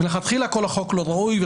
מלכתחילה כל החוק לא ראוי,